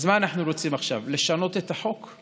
אז מה אנחנו רוצים עכשיו, לשנות את החוק?